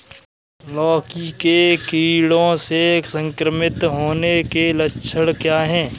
लौकी के कीड़ों से संक्रमित होने के लक्षण क्या हैं?